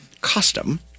custom